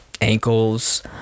ankles